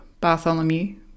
Bartholomew